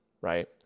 right